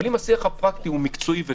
אבל אם השיח הפרקטי הוא מקצועי וטוב,